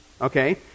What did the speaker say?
okay